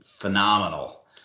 phenomenal